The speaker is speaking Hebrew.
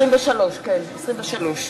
ההצבעה נסגרה.